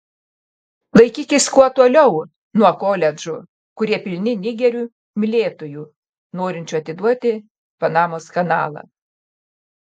laikykis kuo toliau nuo koledžų kurie pilni nigerių mylėtojų norinčių atiduoti panamos kanalą